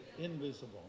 invisible